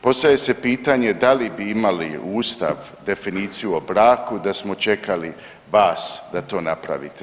Postavlja se pitanje da li bi imali u Ustavu definiciju o braku da smo čekali vas da to napravite.